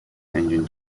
engine